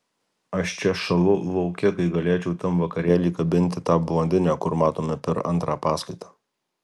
aš čia šąlu lauke kai galėčiau tam vakarėlyje kabinti tą blondinę kur matome per antrą paskaitą